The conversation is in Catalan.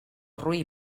roí